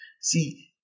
See